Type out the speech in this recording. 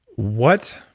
what